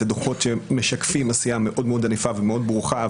הדוחות שמשקפים עשייה מאוד מאוד ענפה ומאוד ברוכה,